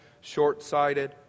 short-sighted